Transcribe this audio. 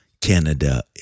Canada